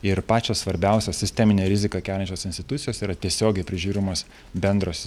ir pačios svarbiausios sisteminę riziką keliančios institucijos yra tiesiogiai prižiūrimos bendros